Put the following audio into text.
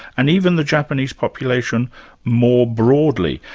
and even the japanese population more broadly.